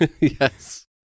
Yes